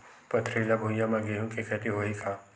पथरिला भुइयां म गेहूं के खेती होही का?